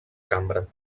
cambra